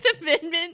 Amendment